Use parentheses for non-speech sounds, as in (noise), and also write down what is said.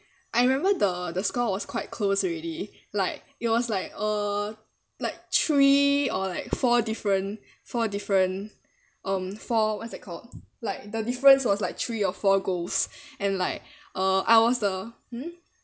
I remember the the score was quite close already like it was like uh like three or like four different four different um four what's that called like the difference was like three or four goals (breath) and like uh I was the hmm